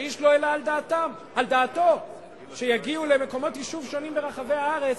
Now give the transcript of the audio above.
שאיש לא העלה על דעתו שיגיעו למקומות יישוב שונים ברחבי הארץ,